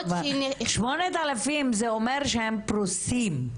שמונת אלפים זה אומר שהם פרוסים,